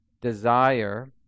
desire